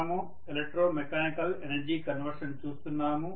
మనము electromechanical energy conversion చూస్తున్నాము